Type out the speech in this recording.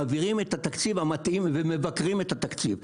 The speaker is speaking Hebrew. מעבירים את התקציב המתאים ומבקרים את התקציב.